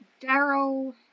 Daryl